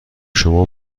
شما